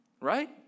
Right